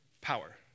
power